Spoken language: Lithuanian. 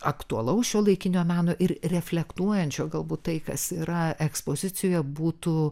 aktualaus šiuolaikinio meno ir reflektuojančio galbūt tai kas yra ekspozicijoje būtų